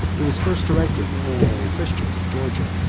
it was first directed against the christians of georgia,